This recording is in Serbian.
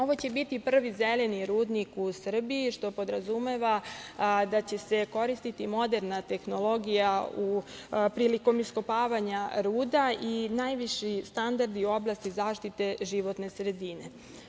Ovo će biti prvi zeleni rudnik u Srbiji što podrazumeva da će se koristiti moderna tehnologija prilikom iskopavanja ruda i najviši standardi u oblasti zaštite životne sredine.